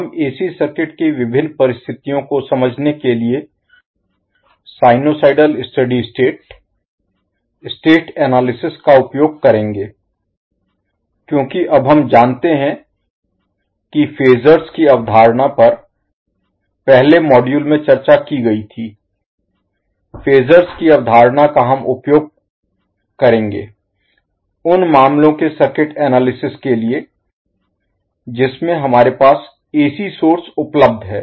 हम AC circuit की विभिन्न परिस्थितयों को समझने के लिए sinusoidal steady state state analysis विश्लेषण Analysis का उपयोग करेंगे क्योंकि अब हम जानते हैं कि फेजर्स की अवधारणा पर पहले मॉड्यूल में चर्चा की गई थी फेजर्स की अवधारणा का हम उपयोग करेंगे उन मामलों के सर्किट एनालिसिस विश्लेषण Analysis के लिए जिसमे हमारे पास एसी सोर्स स्रोत Source उपलब्ध है